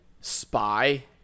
spy